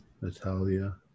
Natalia